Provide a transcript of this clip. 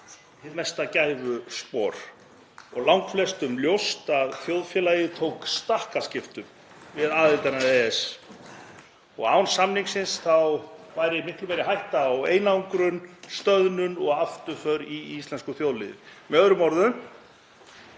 hið mesta gæfuspor og langflestum ljóst að þjóðfélagið tók stakkaskiptum við aðildina. Án samningsins væri miklu meiri hætta á einangrun, stöðnun og afturför í íslensku þjóðlífi.